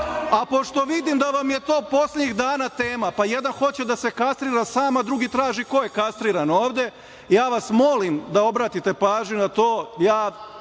a pošto vidim da vam je to poslednjih dana tema, pa jedan hoće da se kastrira sam, a drugi traži ko je kastriran ovde, ja vas molim da obratite pažnju na to.